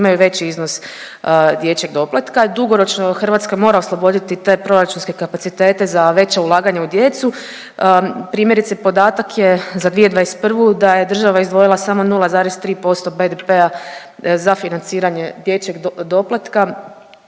primaju veći iznos dječjeg doplatka. Dugoročno Hrvatska mora osloboditi te proračunske kapacitete za veća ulaganja u djecu. Primjerice podatak je za 2021. da je država izdvojila samo 0,3% BDP-a za financiranje dječjeg doplatka,